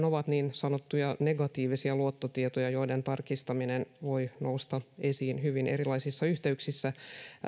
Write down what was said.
ovat niin sanottuja negatiivisia luottotietoja joiden tarkistaminen voi nousta esiin hyvin erilaisissa yhteyksissä